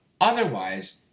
Otherwise